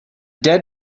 dead